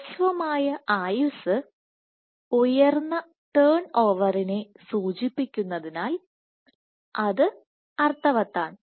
ഹ്രസ്വമായ ആയുസ്സ് ഉയർന്ന ടേണോവറിനെസൂചിപ്പിക്കുന്നതിനാൽ ഇത് അർത്ഥവത്താണ്